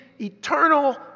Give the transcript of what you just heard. eternal